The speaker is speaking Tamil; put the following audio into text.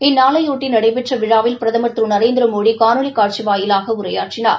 இந்நாளையொட்டி நடைபெற்ற விழாவில் பிரதமா திரு நரேந்திரமோடி காணொலி காட்சி வாயிலாக உரையாற்றினார்